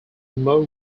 more